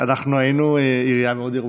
אנחנו היינו עירייה מאוד ירוקה,